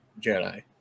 jedi